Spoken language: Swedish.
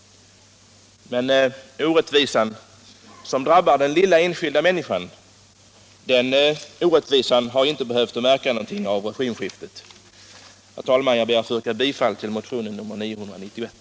Den orättvisa som här drabbar den lilla enskilda människan har inte försvunnit i och med regimskiftet. Herr talman! Jag ber att få yrka bifall till motionen nr 991.